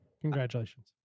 Congratulations